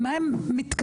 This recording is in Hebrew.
הכי מפריע לי,